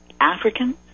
Africans